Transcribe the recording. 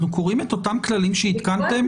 אנחנו קוראים את אותם כללים שהתקנתם?